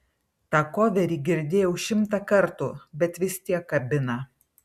tą koverį girdėjau šimtą kartų bet vis tiek kabina